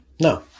No